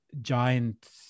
giant